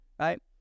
right